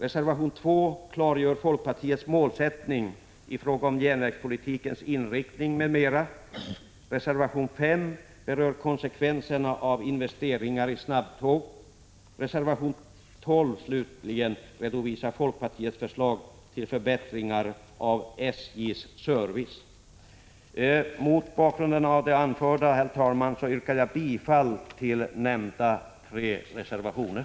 Reservation 2 klargör folkpartiets målsättning i fråga om järnvägspolitikens inriktning m.m. Reservation 5 berör konsekvenserna av investeringar i snabbtåg. Reservation 12, slutligen, redovisar folkpartiets förslag till förbättringar av SJ:s service. Herr talman! Mot bakgrund av det anförda yrkar jag bifall till nämnda tre reservationer.